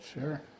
sure